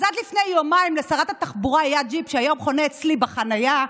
אז עד לפני יומיים לשרת התחבורה היה ג'יפ שהיום חונה אצלי בחניה,